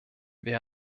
wir